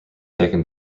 taken